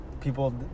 people